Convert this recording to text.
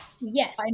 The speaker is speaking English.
Yes